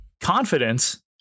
confidence